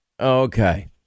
Okay